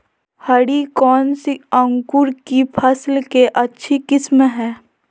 हरी कौन सी अंकुर की फसल के अच्छी किस्म है?